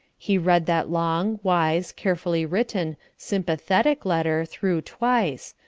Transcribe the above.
he read that long, wise, carefully-written, sympathetic letter through twice,